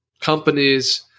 companies